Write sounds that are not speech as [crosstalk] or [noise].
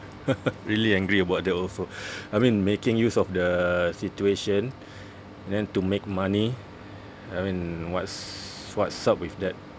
[laughs] really angry about that also I mean making use of the situation then to make money I mean what's what's up with that